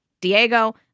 Diego